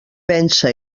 pensa